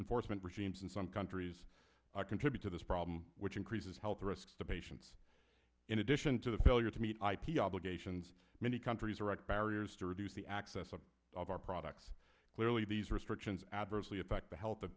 enforcement regimes in some countries i contribute to this problem which increases health risks the patients in addition to the failure to meet ip obligations many countries are at barriers to reduce the access of our products clearly these research adversely affect the health of